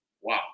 Wow